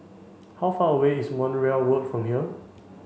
how far away is Montreal Road from here